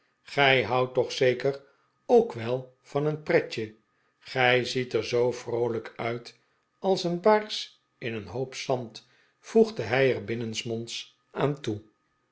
gij houdt toch zeker ook wel van een pretje gij ziet er zoo vroolijk uit als een baars in een hoop zand voegde hij er binnensmonds aan toe